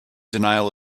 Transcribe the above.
denial